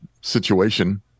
situation